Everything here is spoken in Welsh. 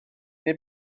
neu